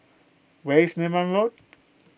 where is Neram Road